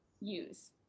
use